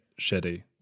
shitty